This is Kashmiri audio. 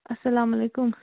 اَسلام علیکُم